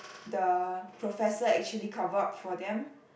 the professor actually cover up for them